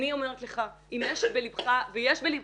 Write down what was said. אני אומרת לך, אם יש בלבך, ויש בלבך,